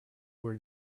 were